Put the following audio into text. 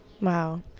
Wow